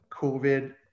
COVID